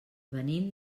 venim